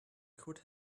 could